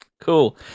Cool